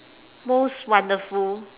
most wonderful